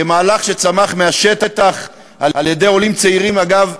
כמהלך שצמח מהשטח על-ידי עולים צעירים אגב,